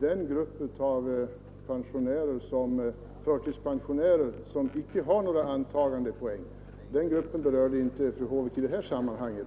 den grupp förtidspensionärer som icke har några antagandepoäng, men den berörde fru Håvik inte i det här sammanhanget.